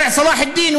רחוב צלאח א-דין,